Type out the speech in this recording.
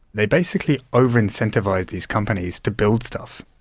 they basically over-incentivised these companies to build stuff.